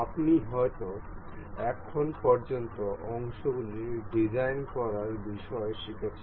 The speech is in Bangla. আপনি হয়তো এখন পর্যন্ত অংশগুলির ডিজাইন করার বিষয়ে শিখেছেন